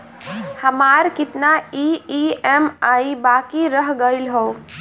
हमार कितना ई ई.एम.आई बाकी रह गइल हौ?